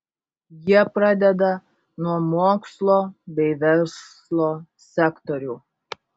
jie pradeda nuo mokslo bei verslo sektorių